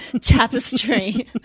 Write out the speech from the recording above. tapestry